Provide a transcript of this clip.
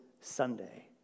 Sunday